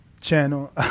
channel